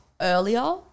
earlier